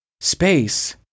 Space